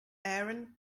aaron